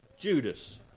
Judas